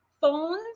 phones